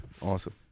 Awesome